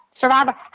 Survivor